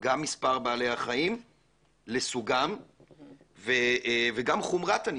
גם מספר בעלי החיים לסוגם וגם חומרת הניסויים,